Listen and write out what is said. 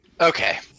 Okay